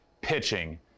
pitching